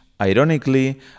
ironically